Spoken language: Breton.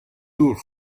dour